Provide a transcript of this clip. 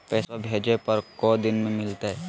पैसवा भेजे पर को दिन मे मिलतय?